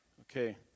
Okay